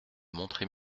montrer